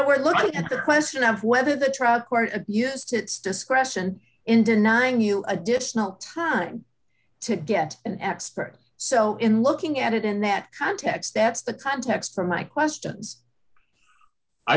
we're looking at the question of whether the track court yes to its discretion in denying you additional time to get an expert so in looking at it in that context that's the context of my questions i